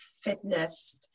fitness